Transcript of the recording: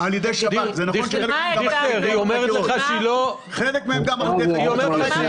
היא אומרת לך שהיא לא מאמינה.